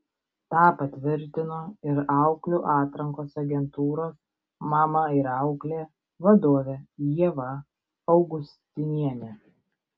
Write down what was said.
tą patvirtino ir auklių atrankos agentūros mama ir auklė vadovė ieva augustinienė